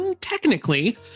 technically